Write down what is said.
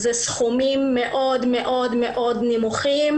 אלה סכומים מאוד מאוד מאוד נמוכים